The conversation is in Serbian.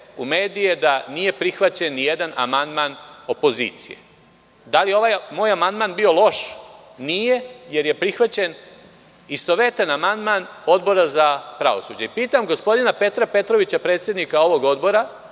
u medije da nije prihvaćen nijedan amandman opozicije? Da li je ovaj moj amandman bio loš? Nije, jer je prihvaćen istovetan amandman Odbora za pravosuđe. Pitam gospodina Petra Petrovića, predsednika ovog odbora,